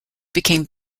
became